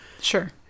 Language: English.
Sure